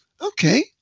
Okay